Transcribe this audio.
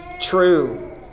true